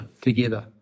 Together